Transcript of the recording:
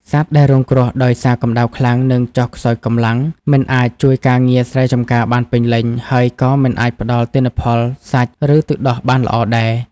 សត្វដែលរងគ្រោះដោយសារកម្ដៅខ្លាំង នឹងចុះខ្សោយកម្លាំង មិនអាចជួយការងារស្រែចម្ការបានពេញលេញ ហើយក៏មិនអាចផ្ដល់ទិន្នផលសាច់ ឬទឹកដោះបានល្អដែរ។